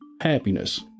happiness